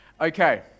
Okay